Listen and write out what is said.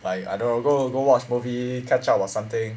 like I don't know go go watch movie catch up or something